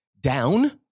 down